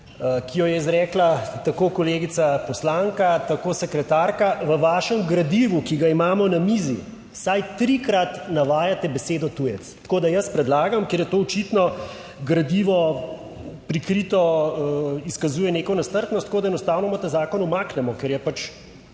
ki jo je izrekla tako kolegica poslanka, tako sekretarka. V vašem gradivu, ki ga imamo na mizi, vsaj trikrat navajate besedo tujec, tako da jaz predlagam, ker je to očitno gradivo prikrito, izkazuje neko nestrpnost, tako da enostavno ta zakon umaknemo, ker je